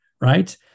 right